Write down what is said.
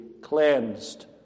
cleansed